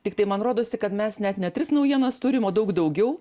tiktai man rodosi kad mes net net tris naujienas turim o daug daugiau